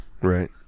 right